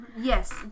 Yes